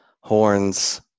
horns